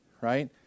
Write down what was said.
right